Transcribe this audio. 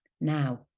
Now